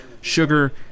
sugar